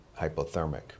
hypothermic